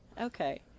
Okay